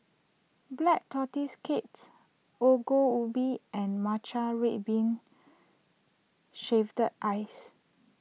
Black Tortoise Cakes Ongol Ubi and Matcha Red Bean Shaved Ice